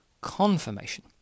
confirmation